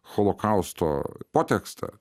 holokausto potekstę